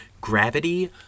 gravity